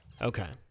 Okay